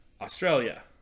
Australia